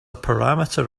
parameter